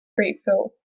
grateful